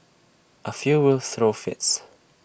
A few will throw fits